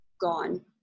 gone